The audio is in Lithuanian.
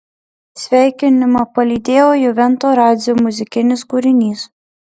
sveikinimą palydėjo juvento radzio muzikinis kūrinys